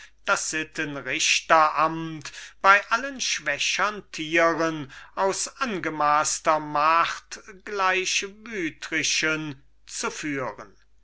das sittenrichteramt bei allen schwächern tieren aus angemaßter macht gleich wütrichen zu führen